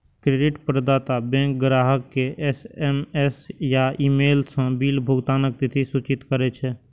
credit प्रदाता bank ग्राहक कें एस.एम.एस या ईमेल सं बिल भुगतानक तिथि सूचित करै छै